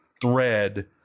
thread